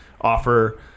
offer